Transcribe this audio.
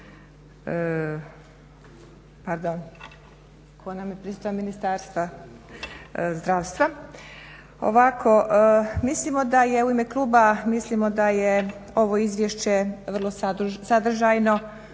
tko nam je prisutan od ministarstva? Zdravstva.